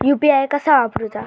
UPI कसा वापरूचा?